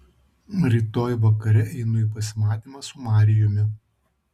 rytoj vakare einu į pasimatymą su marijumi